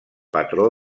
patró